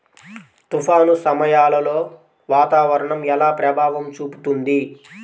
తుఫాను సమయాలలో వాతావరణం ఎలా ప్రభావం చూపుతుంది?